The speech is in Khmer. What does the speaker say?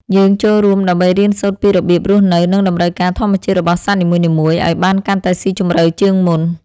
យើងចូលរួមដើម្បីរៀនសូត្រពីរបៀបរស់នៅ និងតម្រូវការធម្មជាតិរបស់សត្វនីមួយៗឱ្យបានកាន់តែស៊ីជម្រៅជាងមុន។